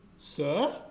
Sir